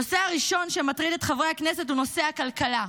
הנושא הראשון שמטריד את חברי הכנסת הוא נושא הכלכלה.